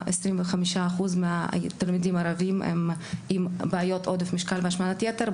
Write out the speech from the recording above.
25% מהתלמידים הערביים הם עם בעיות עודף משקל והשמנת יתר.